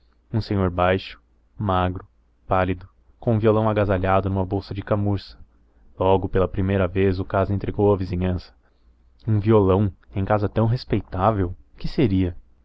um senhor baixo magro pálido com um violão agasalhado numa bolsa de camurça logo pela primeira vez o caso intrigou a vizinhança um violão em casa tão respeitável que seria